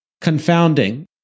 Confounding